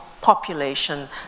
population